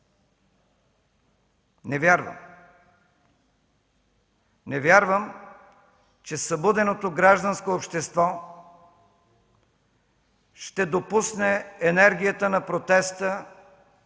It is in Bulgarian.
Не вярвам! Не вярвам, че събуденото гражданско общество ще допусне енергията на протеста